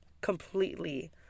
completely